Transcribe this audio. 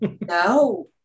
No